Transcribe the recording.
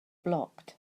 blocked